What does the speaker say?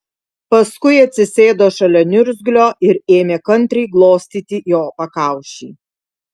paskui atsisėdo šalia niurzglio ir ėmė kantriai glostyti jo pakaušį